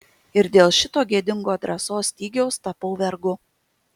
ir dėl šito gėdingo drąsos stygiaus tapau vergu